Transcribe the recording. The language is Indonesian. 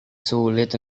sulit